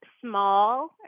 small